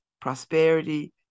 prosperity